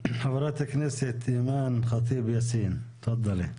חברת הכנסת אימאן ח'טיב יאסין, תפאדלי.